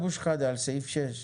אבו שחאדה, אתה בעד סעיף (6)?